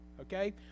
Okay